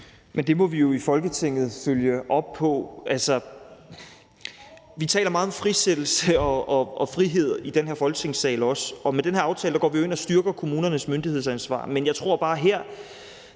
Men det må vi jo i Folketinget følge op på. Vi taler meget om frisættelse og frihed i den her Folketingssal, og med den her aftale går vi ind og styrker kommunernes myndighedsansvar, men jeg tror bare,